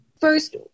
First